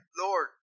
Lord